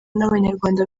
n’abanyarwanda